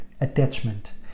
attachment